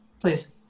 please